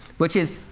which is,